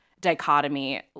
dichotomy